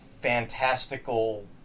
fantastical